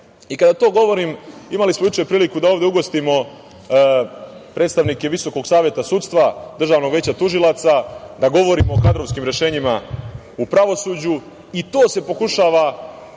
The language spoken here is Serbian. to govorim, imali smo juče priliku da ovde ugostimo predstavnike Visokog saveta sudstva, Državnog veća tužilaca, da govorimo o kadrovskim rešenjima u pravosuđu i to se pokušava